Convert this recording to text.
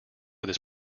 this